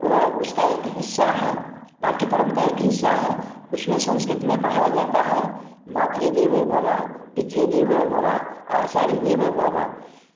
उसका एक हिस्सा है पाठ्यक्रम का एक हिस्सा है उसमें संस्कृत में पढ़ाया जाता है मातृदेवो भवः पितृदेवो भवः आचार्य देवो भवः